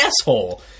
asshole